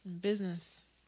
Business